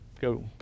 go